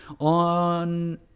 On